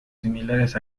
similares